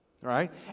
Right